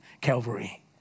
Calvary